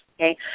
Okay